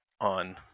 on